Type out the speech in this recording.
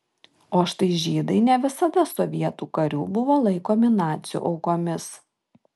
o štai žydai ne visada sovietų karių buvo laikomi nacių aukomis